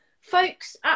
folks